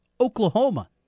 Oklahoma